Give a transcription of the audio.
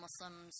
Muslims